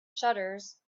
shutters